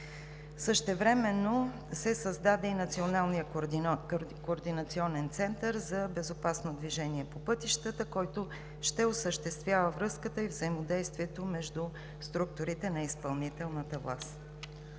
Същевременно се създаде и Национален координационен център за безопасно движение по пътищата, който ще осъществява връзката и взаимодействието между структурите на изпълнителната власт.